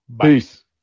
Peace